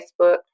Facebook